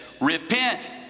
repent